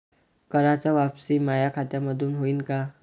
कराच वापसी माया खात्यामंधून होईन का?